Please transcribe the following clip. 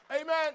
Amen